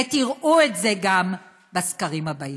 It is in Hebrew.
ותראו את זה גם בסקרים הבאים.